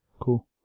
Cool